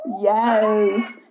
Yes